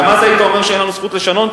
גם אז היית אומר שאין לנו זכות לשנות,